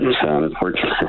unfortunately